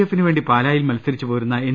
എഫിനു വേണ്ടി പാലായിൽ മത്സരിച്ചു പോരുന്ന എൻ